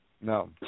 No